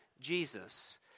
Jesus